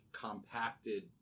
compacted